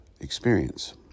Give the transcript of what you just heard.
experience